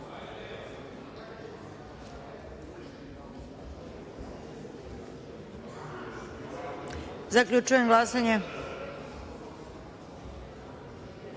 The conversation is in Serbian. DS.Zaključujem glasanje: